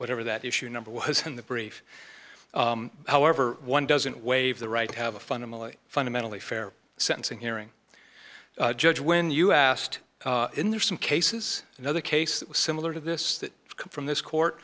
whatever that issue number one in the brief however one doesn't waive the right have a fundamentally fundamentally fair sentencing hearing judge when you asked in there are some cases another case similar to this that come from this court